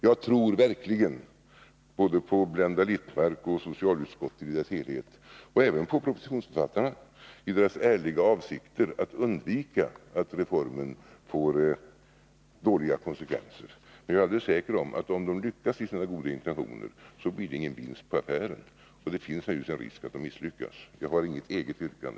Jag tror verkligen både på Blenda Littmarck och på socialutskottet i dess helhet, och även på propositionsförfattarna och deras ärliga avsikter att undvika att reformen får dåliga konsekvenser. Men jag är alldeles säker på, att om de lyckas i sina goda intentioner, blir det ingen vinst på affären. Och det finns naturligtvis en risk att de misslyckas. Jag har, herr talman, inget eget yrkande.